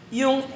yung